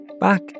Back